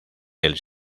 del